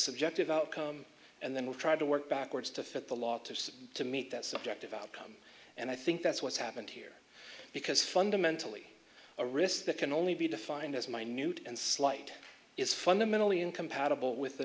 subjective outcome and then we tried to work backwards to fit the law to to meet that subjective outcome and i think that's what's happened here because fundamentally a risk that can only be defined as minute and slight is fundamentally incompatible with the